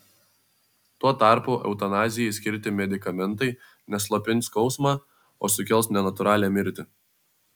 tuo tarpu eutanazijai skirti medikamentai ne slopins skausmą o sukels nenatūralią mirtį